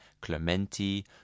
Clementi